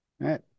Right